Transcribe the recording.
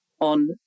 on